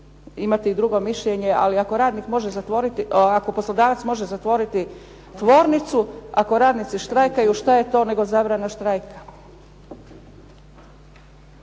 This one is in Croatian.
može zatvoriti, ako poslodavac može zatvoriti tvornicu ako radnici štrajkaju, šta je to nego zabrana štrajka?